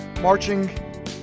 Marching